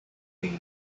day